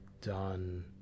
done